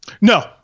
No